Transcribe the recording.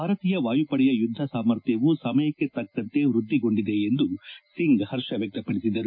ಭಾರತೀಯ ವಾಯುಪಡೆಯ ಯುದ್ದ ಸಾಮರ್ಥ್ಯವು ಸಮಯಕ್ಕೆ ತಕ್ಕಂತೆ ವ್ಯದ್ದಿಗೊಂಡಿದೆ ಎಂದು ಸಿಂಗ್ ಹರ್ಷ ವ್ಯಕ್ತಪಡಿಸಿದರು